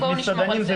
בואו נשמור על זה.